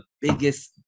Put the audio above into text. biggest